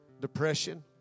Depression